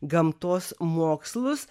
gamtos mokslus